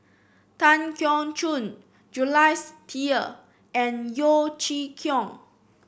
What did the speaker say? Tan Keong Choon Jules Itier and Yeo Chee Kiong